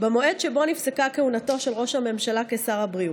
במועד שבו נפסקה כהונתו של ראש הממשלה כשר הבריאות,